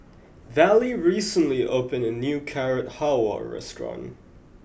Vallie recently opened a new Carrot Halwa restaurant